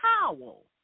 towel